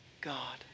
God